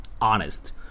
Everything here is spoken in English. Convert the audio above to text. honest